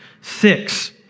Six